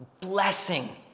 blessing